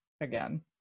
again